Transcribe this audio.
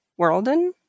Worlden